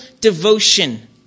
devotion